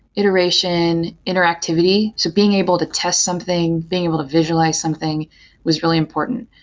iteration, interactivity. so being able to test something, being able to visualize something was really important.